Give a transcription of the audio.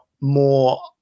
more